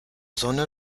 sonne